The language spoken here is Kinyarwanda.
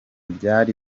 byari